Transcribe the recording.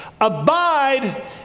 abide